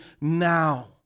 now